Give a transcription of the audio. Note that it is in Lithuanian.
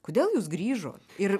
kodėl jūs grįžot ir